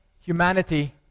humanity